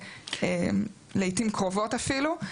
לעיתים קרובות אפילו.